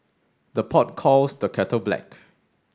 the pot calls the kettle black